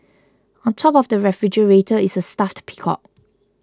on top of the refrigerator is a stuffed peacock